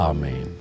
Amen